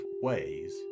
ways